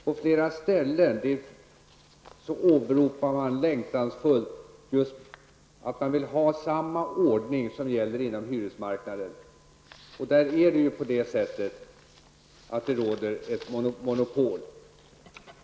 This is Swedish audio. På flera ställen åberopar man längtansfullt just att man vill ha samma ordning som gäller på hyresmarknaden. Och där råder ju ett monopol.